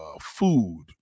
food